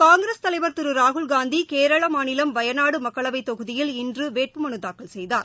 காங்கிரஸ் தலைவர் திருராகுல் காந்திகேரளமாநிலம் வயநாடுமக்களவைதொகுதியில் இன்றுவேட்பு மனுதாக்கல் செய்தார்